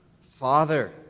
Father